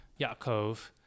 Yaakov